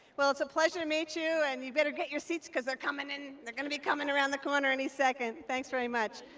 well, it's a pleasure to meet you, and you better get your seats, because they're coming, and they're going to be coming around the corner any second. thanks very much.